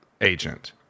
agent